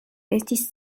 estis